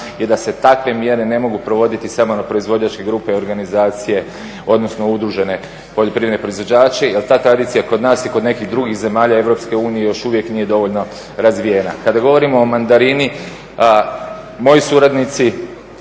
je da se takve mjere ne mogu provoditi samo na proizvođačke grupe, organizacije, odnosno udružene poljoprivredne proizvođače jer ta tradicija kod nas i kod nekih drugih zemalja Europske unije još uvijek nije dovoljno razvijena. Kada govorimo o mandarini moji suradnici,